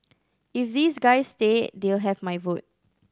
if these guys stay they'll have my vote